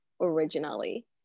originally